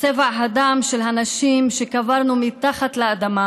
כצבע הדם של הנשים שקברנו מתחת לאדמה,